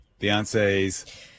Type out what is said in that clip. Beyonce's